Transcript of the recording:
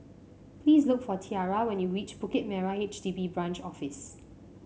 please look for Tiara when you reach Bukit Merah H D B Branch Office